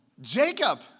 Jacob